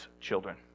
children